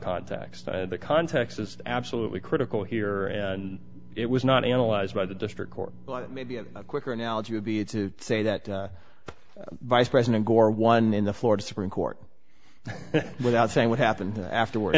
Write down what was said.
context and the context is absolutely critical here and it was not analyzed by the district court but maybe a quicker analogy would be to say that vice president gore won in the florida supreme court without saying what happened afterward